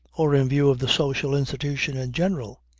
or in view of the social institution in general,